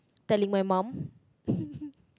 telling my mum